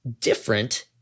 different